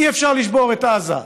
אי-אפשר לשבור את עזה.